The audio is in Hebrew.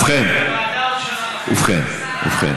ובכן, ובכן.